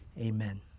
Amen